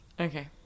Okay